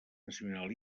nacional